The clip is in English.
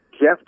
Jeff